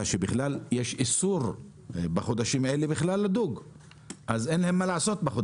כך שבחודשים האלה אין להם מה לעשות.